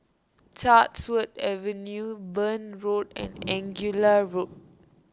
Chatsworth Avenue Burn Road and Angullia Road